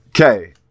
Okay